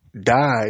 died